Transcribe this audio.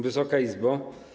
Wysoka Izbo!